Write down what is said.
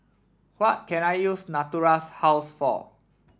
what can I use Natura House for